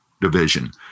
division